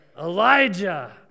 Elijah